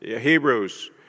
Hebrews